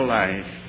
life